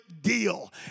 deal